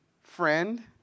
friend